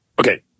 Okay